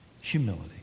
Humility